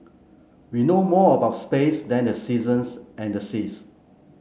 we know more about space than the seasons and the seas